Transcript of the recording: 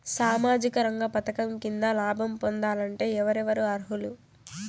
సామాజిక రంగ పథకం కింద లాభం పొందాలంటే ఎవరెవరు అర్హులు?